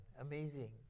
Amazing